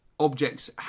objects